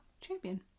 champion